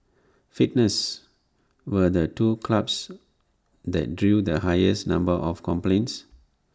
fitness were the two clubs that drew the highest number of complaints